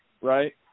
right